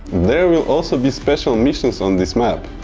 there will also be special missions on this map.